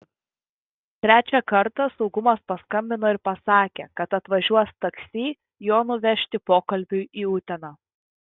trečią kartą saugumas paskambino ir pasakė kad atvažiuos taksi jo nuvežti pokalbiui į uteną